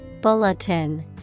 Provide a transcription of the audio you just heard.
Bulletin